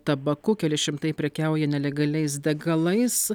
tabaku keli šimtai prekiauja nelegaliais degalais